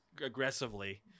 aggressively